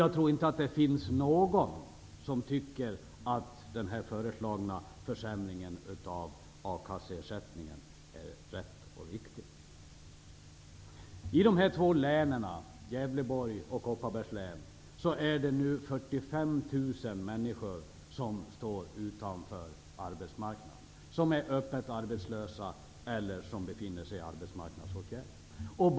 Jag tror inte att det finns någon som tycker att den föreslagna försämringen av akasseersättningen är rätt och riktig. I de här två länen, Gävleborgs och Kopparbergs län, står 45 000 människor utanför arbetsmarknaden. De är öppet arbetslösa eller befinner sig i arbetsmarknadsåtgärder.